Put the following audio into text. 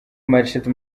marchetti